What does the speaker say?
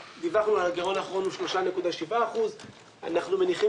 הגרעון האחרון שדיווחנו 3.7%. אנחנו מניחים